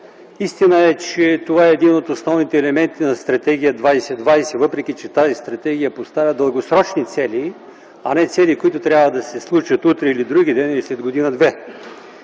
Истина е, че това е един от основните елементи на Стратегия 2020, въпреки че тази стратегия поставя дългосрочни цели, а не цели, които трябва да се случат утре или вдруги ден или след година-две.